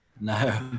No